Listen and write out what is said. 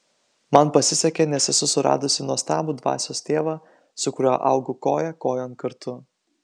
man pasisekė nes esu suradusi nuostabų dvasios tėvą su kuriuo augu koja kojon kartu